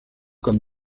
comme